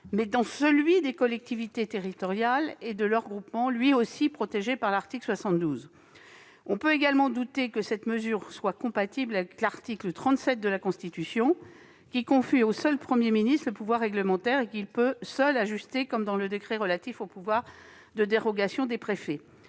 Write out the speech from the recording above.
mais dans celui des collectivités territoriales et de leurs groupements, lui aussi protégé par l'article 72. On peut également douter que cette mesure soit compatible avec l'article 37 de la Constitution, qui confie au seul Premier ministre le pouvoir réglementaire et qu'il peut seul ajuster, comme dans le décret relatif au droit de dérogation reconnu au préfet.